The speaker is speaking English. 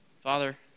Father